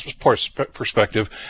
perspective